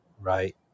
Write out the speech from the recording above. Right